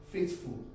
Faithful